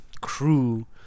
crew